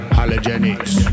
Halogenics